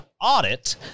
audit